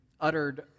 uttered